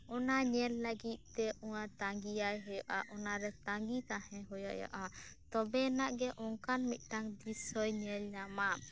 ᱚᱱᱟ ᱧᱮᱞ ᱞᱟᱹᱜᱤᱫ ᱛᱮ ᱚᱱᱟᱭ ᱛᱟᱺᱜᱤᱭᱟᱭ ᱦᱳᱭᱳᱜᱼᱟ ᱚᱱᱟᱨᱮ ᱛᱟᱺᱜᱤ ᱛᱟᱦᱮᱸ ᱦᱳᱭ ᱟᱭᱟ ᱛᱚᱵᱮ ᱮᱱᱟᱜ ᱜᱮ ᱚᱱᱠᱟᱱ ᱢᱤᱫᱴᱟᱝ ᱫᱨᱤᱥᱥᱳᱭ ᱧᱮᱞ ᱧᱟᱢᱟ